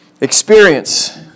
Experience